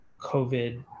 COVID